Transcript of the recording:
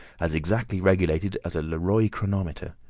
as exactly regulated as a leroy chronometer.